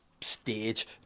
stage